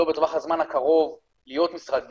לא בטווח הזמן הקרוב, להיות משרד ביצועי.